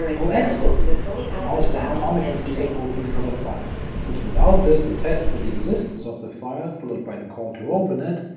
o excl allows for an atomic, exclusive opening of a file since without this, a test for the existence of the file followed by the call to open it,